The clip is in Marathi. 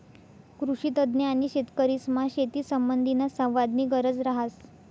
कृषीतज्ञ आणि शेतकरीसमा शेतीसंबंधीना संवादनी गरज रहास